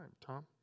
Tom